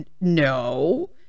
no